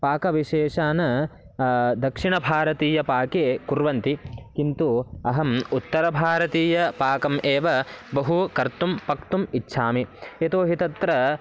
पाकविशेषान् दक्षिणभारतीयपाके कुर्वन्ति किन्तु अहम् उत्तरभारतीयपाकम् एव बहु कर्तुं पक्तुम् इच्छामि यतोहि तत्र